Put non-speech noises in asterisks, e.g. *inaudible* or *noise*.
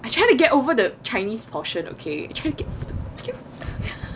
I trying to get over the chinese portion okay *laughs*